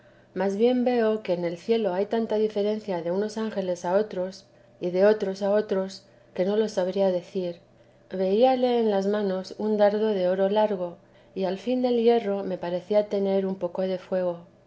mas bien veo que en el cielo hay tanta diferencia de unos ángeles a otros y de otros a otros que no lo sabría decir veíale en las manos un dardo de oro largo y al fin del hierro me parecía tener un poco de fuego